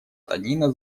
танина